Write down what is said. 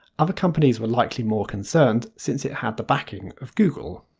other companies were likely more concerned since it had the backing of google.